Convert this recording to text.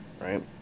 right